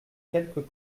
quelques